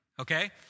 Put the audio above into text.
Okay